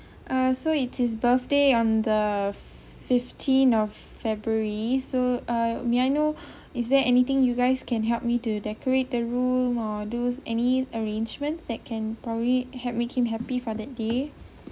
ah so it his birthday on the fifteen of february so uh may I know is there anything you guys can help me to decorate the room or do any arrangement that can probably help make him happy for that day